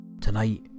tonight